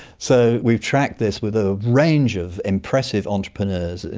so we've tracked this with a range of impressive entrepreneurs, and